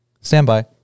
Standby